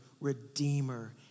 redeemer